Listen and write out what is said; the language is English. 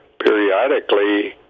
periodically